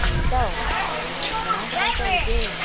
ꯑꯥ ꯏꯇꯥꯎ ꯑꯥ ꯀꯃꯥꯏꯅ ꯀꯃꯥꯏꯅ ꯇꯧꯔꯤꯒꯦ